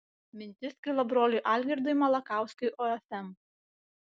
mintis kilo broliui algirdui malakauskiui ofm